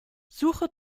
suche